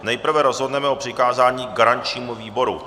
Nejprve rozhodneme o přikázání garančnímu výboru.